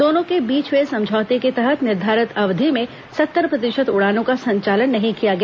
दोनों के बीच हुए समझौते के तहत निर्धारित अवधि में सत्तर प्रतिशत उड़ानों का संचालन नहीं किया गया